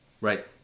Right